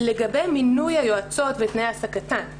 לגבי מינוי היועצות ותנאי העסקתן,